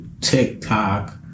TikTok